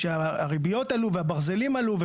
שהריביות עלו והברזלים עלו,